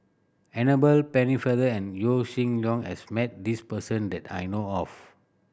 Annabel Pennefather and Yaw Shin Leong has met this person that I know of